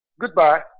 Goodbye